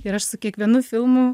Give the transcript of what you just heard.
ir aš su kiekvienu filmu